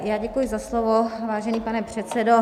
Já děkuji za slovo, vážený pane předsedo.